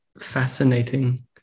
fascinating